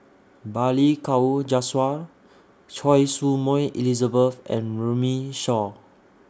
Balli Kaur Jaswal Choy Su Moi Elizabeth and Runme Shaw